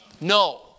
No